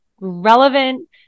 relevant